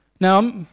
Now